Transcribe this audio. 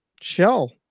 shell